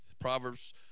Proverbs